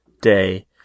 Day